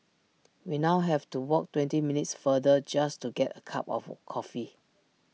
we now have to walk twenty minutes farther just to get A cup of coffee